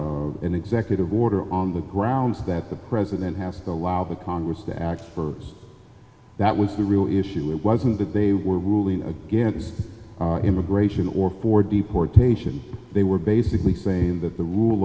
an executive order on the grounds that the president has allowed the congress to act that was the real issue it wasn't that they were ruling against immigration or for deportation they were basically saying that the rule